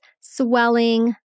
swelling